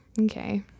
okay